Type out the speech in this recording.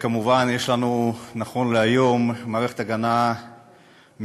כמובן, יש לנו, נכון להיום, מערכת הגנה מעולה,